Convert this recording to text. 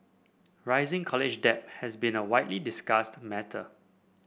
rising college debt has been a widely discussed matter